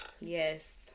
Yes